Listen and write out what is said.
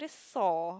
saw